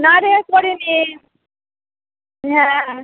না রে করি নি হ্যাঁ